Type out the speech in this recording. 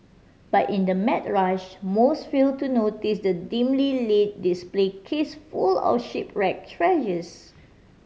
but in the mad rush most fail to notice the dimly lit display case full of shipwreck treasures